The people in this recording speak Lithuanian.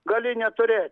gali neturėt